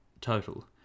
total